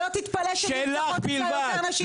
שלא תתפלא שנרצחות אצלה יותר נשים במשמרת.